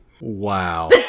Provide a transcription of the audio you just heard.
Wow